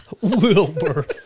Wilbur